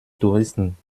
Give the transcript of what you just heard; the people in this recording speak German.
touristen